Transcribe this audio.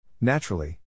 Naturally